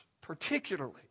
particularly